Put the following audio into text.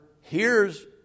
hears